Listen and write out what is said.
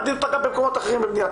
מאבדים אותה גם במקומות אחרים במדינת